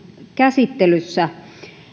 käsittelyssä